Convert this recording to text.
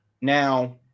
Now